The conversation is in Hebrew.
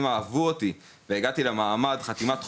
אהבו אותי והגעתי למעמד חתימת חוזה,